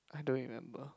I don't remember